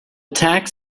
tax